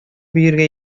биергә